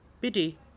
Biddy